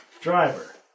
Driver